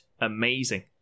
amazing